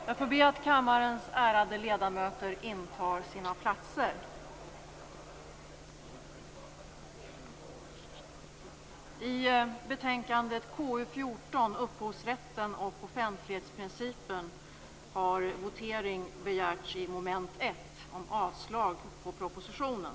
Jag får erinra talaren om ämnet för dagen, upphovsrätten och offentlighetsprincipen. Det gäller inte enskilda ärenden.